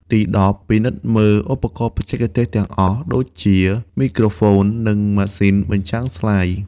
ទីដប់ ពិនិត្យមើលឧបករណ៍បច្ចេកទេសទាំងអស់ ដូចជាមីក្រូហ្វូន និងម៉ាស៊ីនបញ្ចាំងស្លាយ។